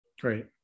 Great